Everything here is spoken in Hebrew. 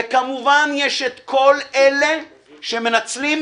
כמובן יש את כל אלה שמנצלים,